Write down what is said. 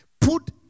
Put